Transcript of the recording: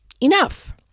enough